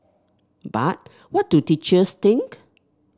but what do teachers think